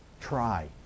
try